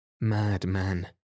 Madman